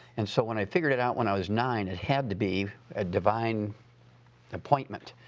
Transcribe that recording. and so when i figured it out when i was nine, it had to be a divine appointment.